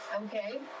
Okay